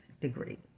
degree